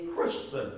Christian